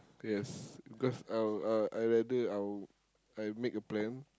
yes because I I I rather I'll I make a plan